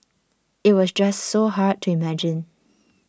it was just so hard to imagine